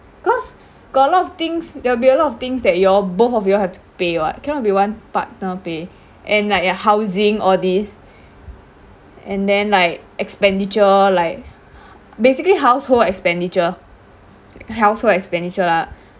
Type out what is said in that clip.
cause got a lot of things there will be a lot of things that you all both of you'll have to pay [what] cannot be one partner pay and like ya housing all this and then like expenditure like basically household expenditure household expenditure [;lah]